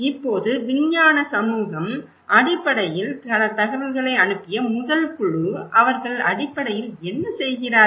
இப்போது விஞ்ஞான சமூகம் அடிப்படையில் தகவல்களை அனுப்பிய முதல் குழு அவர்கள் அடிப்படையில் என்ன செய்கிறார்கள்